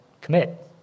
commit